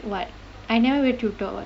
what I never wear tube top [what]